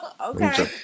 Okay